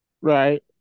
right